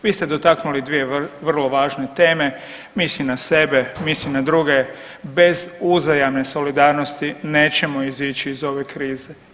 Vi ste dotaknuli dvije vrlo važne teme, misli na sebe, misli na druge, bez uzajamne solidarnosti nećemo izići iz ove krize.